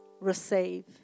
receive